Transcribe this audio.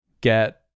get